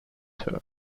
her